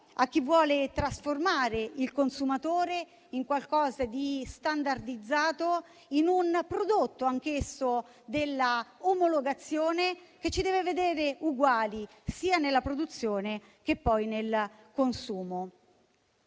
a chi vuole trasformare il consumatore in qualcosa di standardizzato, anch'esso in un prodotto dell'omologazione, che ci deve vedere uguali, sia nella produzione che poi nel consumo.